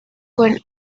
con